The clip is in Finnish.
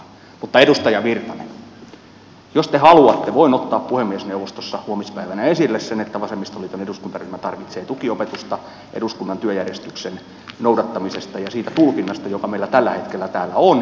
mutta edustaja virtanen jos te haluatte voin ottaa puhemiesneuvostossa huomispäivänä esille sen että vasemmistoliiton eduskuntaryhmä tarvitsee tukiopetusta eduskunnan työjärjestyksen noudattamisesta ja siitä tulkinnasta joka meillä tällä hetkellä täällä on